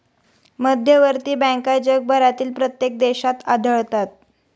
मध्यवर्ती बँका जगभरातील प्रत्येक देशात आढळतात